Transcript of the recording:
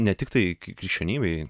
ne tiktai krikščionybėj